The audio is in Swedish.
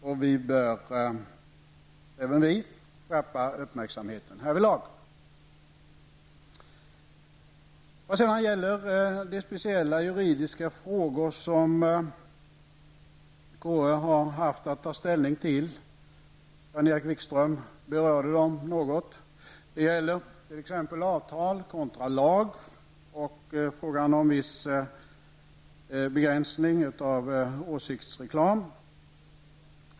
Och även vi bör skärpa uppmärksamheten härvidlag. Konstitutionsutskottet har haft att ta ställning till en del speciella juridiska frågor, vilka Jan-Erik Wikström något berörde. De gäller t.ex. avtal kontra lag och frågan om viss begränsning av åsiktsreklam.